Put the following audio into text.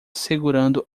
segurando